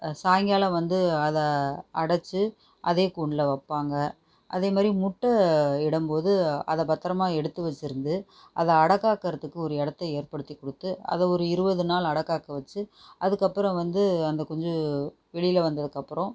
சாயங்காலம் வந்து அதை அடைத்து அதே கூண்டில் வைப்பாங்க அதே மாதிரி முட்டை இடும் போது அதை பத்திரம்மா எடுத்து வச்சுருந்து அத அடைகாக்கிறதுக்கு ஒரு இடத்தை ஏற்படுத்திக் கொடுத்து அதை ஒரு இருபது நாள் அடக்காக்க வச்சு அதுக்கப்புறம் வந்து அந்த குஞ்சு வெளியில் வந்ததுக்கு அப்புறம்